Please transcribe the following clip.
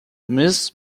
miss